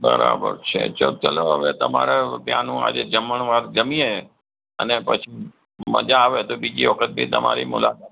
બરાબર છે તો ચાલો હવે તમારે ત્યાંનું આજે જમણવાર જમીએ અને પછી મજા આવે તો બીજી વખત બી તમારી મુલાકાત લઈ